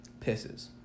Pisses